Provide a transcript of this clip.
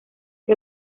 que